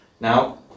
Now